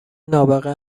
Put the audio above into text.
نابغه